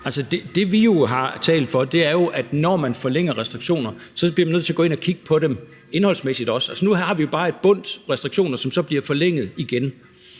det, vi har talt for, er jo, at når man forlænger restriktioner, bliver man også nødt til at gå ind og kigge på dem indholdsmæssigt. Nu har vi jo bare et bundt restriktioner, som bliver forlænget igen.